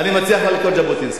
אני מציע לך לקרוא את ז'בוטינסקי.